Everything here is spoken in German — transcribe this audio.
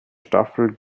staffel